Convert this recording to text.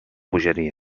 bogeria